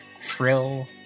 Frill